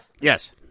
Yes